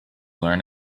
learn